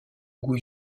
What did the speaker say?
goût